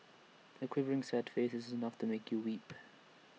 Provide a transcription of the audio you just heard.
her quivering sad face is enough to make you weep